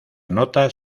notas